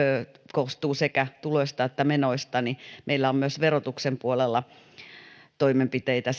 koostuu sekä tuloista että menoista niin meillä on myös verotuksen puolella toimenpiteitä